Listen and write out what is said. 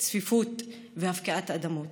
צפיפות והפקעת אדמות.